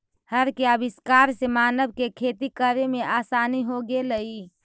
हर के आविष्कार से मानव के खेती करे में आसानी हो गेलई